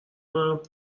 کنم